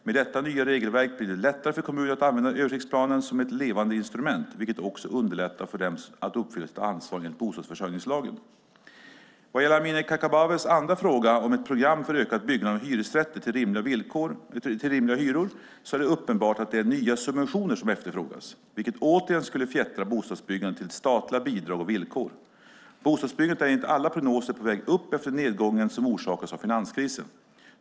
Med detta nya regelverk blir det lättare för kommunerna att använda översiktsplanen som ett levande instrument, vilket underlättar för dem att uppfylla sitt ansvar enligt bostadsförsörjningslagen. Vad gäller Amineh Kakabavehs andra fråga om ett program för ökat byggande av hyresrätter till rimliga hyror är det uppenbart att det är nya subventioner som efterfrågas, vilket återigen skulle fjättra bostadsbyggandet till statliga bidrag och villkor. Bostadsbyggandet är enligt alla prognoser på väg upp efter nedgången som orsakades av finanskrisen.